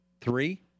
three